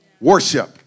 worship